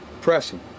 pressing